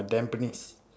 tampines